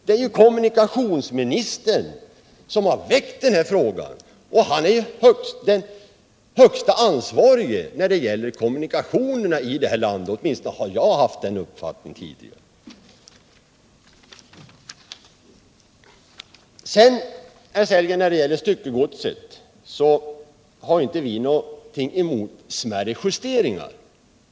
Det är ju kommunikationsministern som har väckt den frågan, och han är ju den högste ansvarige i fråga om kommunikationerna här i landet —-åtminstone har jag fått den uppfattningen. När det gäller frågan om styckegodset så har inte vi, herr Sellgren, någonting emot smärre justeringar.